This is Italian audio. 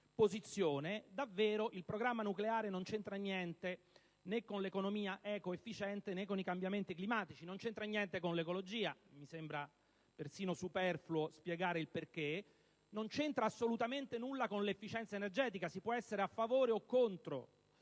posizione, il programma nucleare non ha davvero nulla a che fare né con l'economia ecoefficiente, né con i cambiamenti climatici. Non ha nulla a che vedere con l'ecologia, e mi sembra persino superfluo spiegare il perché, e non c'entra assolutamente nulla con l'efficienza energetica. Si può essere a favore o contro